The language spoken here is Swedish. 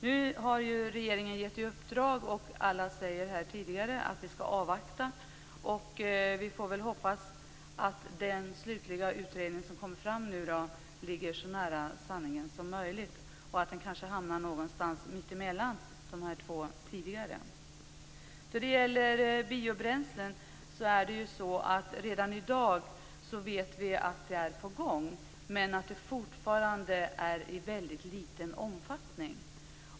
Nu har regeringen givit SIKA i uppdrag att göra en studie. Alla som har talat tidigare har sagt att vi skall avvakta. Vi får hoppas att den slutliga utredning som kommer fram ligger så nära sanningen som möjligt och att den hamnar någonstans mittemellan de två tidigare. Vi vet att man redan i dag använder biobränslen, men det sker fortfarande i väldigt liten omfattning.